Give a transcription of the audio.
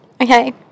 Okay